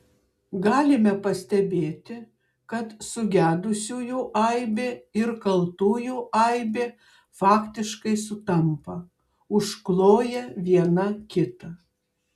galime pastebėti kad sugedusiųjų aibė ir kaltųjų aibė faktiškai sutampa užkloja viena kitą